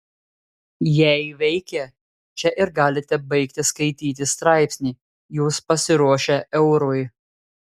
jei veikia čia ir galite baigti skaityti straipsnį jūs pasiruošę eurui